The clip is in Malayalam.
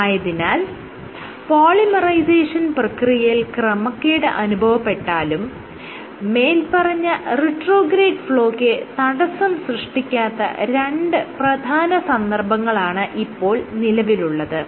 ആയതിനാൽ പോളിമറൈസേഷൻ പ്രക്രിയയിൽ ക്രമക്കേട് അനുഭവപ്പെട്ടാലും മേല്പറഞ്ഞ റിട്രോഗ്രേഡ് ഫ്ലോയ്ക്ക് തടസ്സം സൃഷ്ടിക്കാത്ത രണ്ട് പ്രധാന സന്ദർഭങ്ങളാണ് ഇപ്പോൾ നിലവിലുള്ളത്